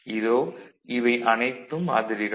இதோ இவை அனைத்தும் மாதிரிகள்